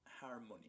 harmony